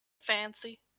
Fancy